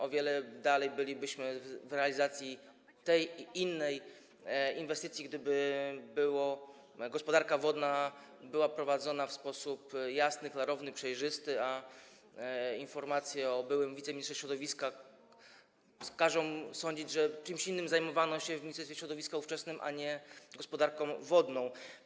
O wiele dalej bylibyśmy w realizacji tej inwestycji, gdyby gospodarka wodna była prowadzona w sposób jasny, klarowny, przejrzysty, a informacje o byłym wiceministrze środowiska każą sądzić, że czymś innym zajmowano się w ówczesnym Ministerstwie Środowiska niż gospodarką wodną.